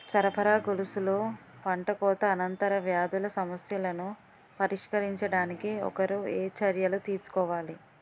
సరఫరా గొలుసులో పంటకోత అనంతర వ్యాధుల సమస్యలను పరిష్కరించడానికి ఒకరు ఏ చర్యలు తీసుకోవాలి?